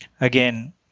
Again